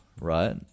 right